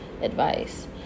advice